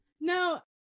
No